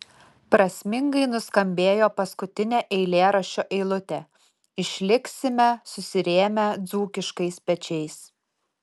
prasmingai nuskambėjo paskutinė eilėraščio eilutė išliksime susirėmę dzūkiškais pečiais